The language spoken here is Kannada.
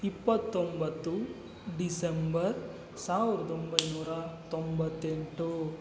ಇಪ್ಪತ್ತೊಂಬತ್ತು ಡಿಸೆಂಬರ್ ಸಾವ್ರ್ದ ಒಂಬೈನೂರ ತೊಂಬತ್ತೆಂಟು